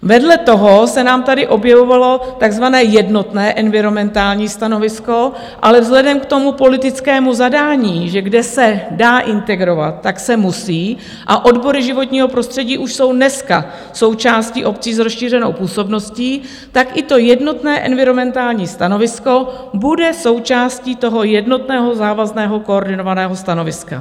Vedle toho se nám tady objevovalo takzvané jednotné environmentální stanovisko, ale vzhledem k politickému zadání, že kde se dá integrovat, tak se musí, a odbory životního prostředí už jsou dneska součástí obcí s rozšířenou působností, i jednotné environmentální stanovisko bude součástí toho jednotného závazného koordinovaného stanoviska.